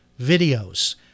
videos